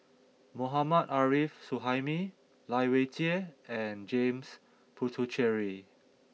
Mohammad Arif Suhaimi Lai Weijie and James Puthucheary